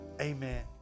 Amen